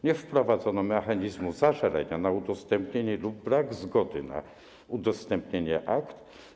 Nie wprowadzono mechanizmu zażalenia na udostępnienie lub brak zgody na udostępnienie akt.